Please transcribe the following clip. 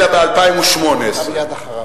אלא ב-2018.